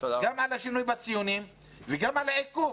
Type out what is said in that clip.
גם על השינוי בציונים וגם על העיכוב.